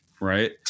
right